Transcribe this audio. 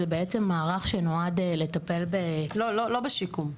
זה בעצם מערך שנועד לטפל --- לא, לא בשיקום.